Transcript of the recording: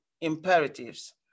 imperatives